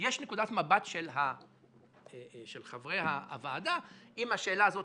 יש נקודת מבט של חברי הוועדה אם השאלה הזאת